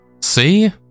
See